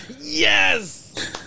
Yes